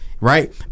right